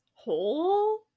hole